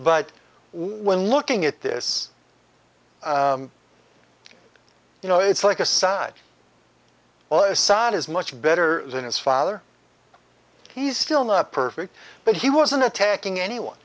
but when looking at this you know it's like a side well assad is much better than his father he's still not perfect but he wasn't attacking anyone